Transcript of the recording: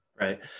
Right